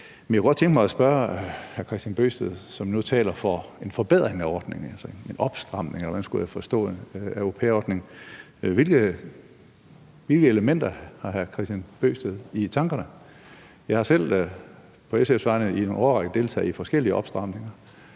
Men jeg kunne godt tænke mig at spørge hr. Kristian Bøgsted, som nu taler for en forbedring eller en opstramning af au pair-ordningen, eller hvordan jeg skal forstå det: Hvilke elementer har hr. Kristian Bøgsted i tankerne? Jeg har selv på SF's vegne i en årrække deltaget i at lave nogle forskellige opstramninger.